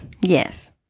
yes